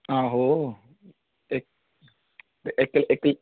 आहो इक ते इक इक